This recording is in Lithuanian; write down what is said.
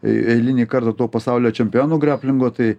eilinį kartą to pasaulio čempionu graplingo tai